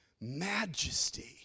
majesty